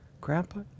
Grandpa